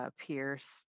Pierce